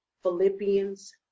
Philippians